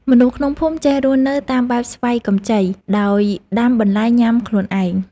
មនុស្សក្នុងភូមិចេះរស់នៅតាមបែប "ស្វ័យកម្ចី" ដោយដាំបន្លែញ៉ាំខ្លួនឯង។